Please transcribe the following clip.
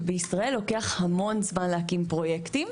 שבישראל לוקח המון זמן להקים פרויקטים.